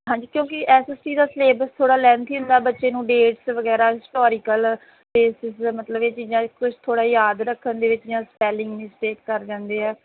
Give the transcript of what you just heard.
ਹਾਂਜੀ ਕਿਉਂਕਿ S S T ਦਾ ਸਿਲੇਬਸ ਥੋੜ੍ਹਾ ਲੈਨਥੀ ਹੁੰਦਾ ਬੱਚੇ ਨੂੰ ਡੇਟਸ ਵਗੈਰਾ ਹਿਸਟੋਰੀਕਲ ਅਤੇ ਸਿਰਫ਼ ਮਤਲਬ ਇਹ ਚੀਜ਼ਾ ਕੁਛ ਥੋੜ੍ਹਾ ਯਾਦ ਰੱਖਣ ਦੇ ਵਿੱਚ ਜਾਂ ਸਪੈਲਿੰਗ ਮਿਸਟੇਕ ਕਰ ਜਾਂਦੇ ਆ